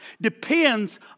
depends